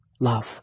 Love